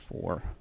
Four